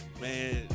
man